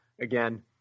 again